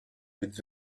with